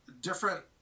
different